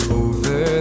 over